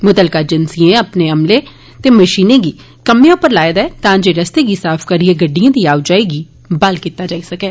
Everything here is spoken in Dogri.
म्तलका अर्जैंसिएं अपने अमले ते मशी नें गी कम्में उप्पर लाए दा ऐ तां जे रस्ते गी साफ करिए गड्डिए दी आओ जाई गी बहाल कीता जाई सकै